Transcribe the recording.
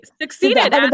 succeeded